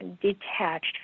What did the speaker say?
Detached